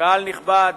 קהל נכבד,